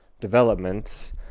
Developments